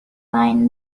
line